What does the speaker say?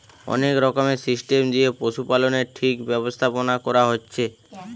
অনেক রকমের সিস্টেম দিয়ে পশুপালনের ঠিক ব্যবস্থাপোনা কোরা হচ্ছে